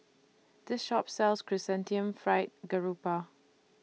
This Shop sells Chrysanthemum Fried Garoupa